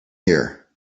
here